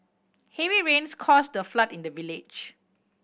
heavy rains caused a flood in the village